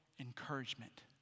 encouragement